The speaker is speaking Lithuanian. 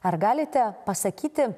ar galite pasakyti